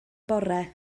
bore